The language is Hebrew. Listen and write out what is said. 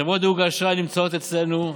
חברות דירוג האשראי נמצאות אצלנו,